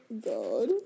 God